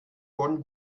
bonn